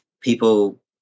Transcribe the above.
people